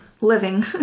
living